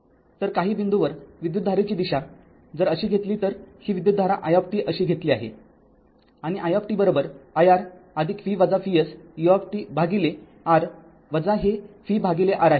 तर काही बिंदूवर विद्युतधारेची दिशा जर अशी घेतली तर ही विद्युतधारा i अशी घेतली आहे आणि i i R v Vs u भागिले R हे V भागिले R आहे